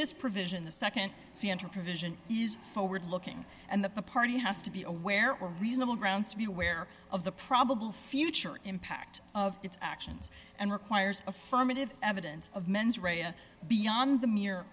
this provision the nd sandra provision is forward looking and the party has to be aware or reasonable grounds to be aware of the probable future impact of its actions and requires affirmative evidence of mens rea beyond the mere